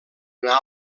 una